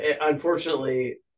unfortunately